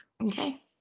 Okay